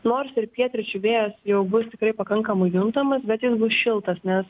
nors ir pietryčių vėjas jau bus tikrai pakankamai juntamas bet jis bus šiltas nes